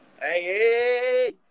hey